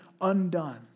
undone